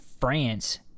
France